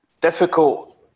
Difficult